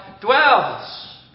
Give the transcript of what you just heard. dwells